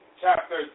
chapter